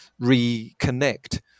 reconnect